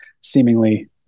seemingly